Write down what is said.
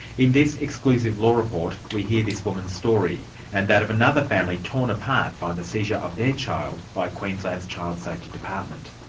in this exclusive law report we hear this woman's story, and that of another family torn apart by the seizure of their child by queensland's child safety department.